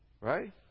Right